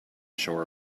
shore